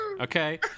Okay